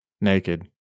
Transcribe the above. naked